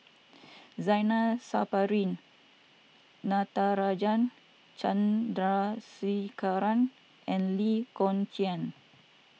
Zainal Sapari Natarajan Chandrasekaran and Lee Kong Chian